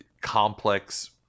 complex